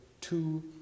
two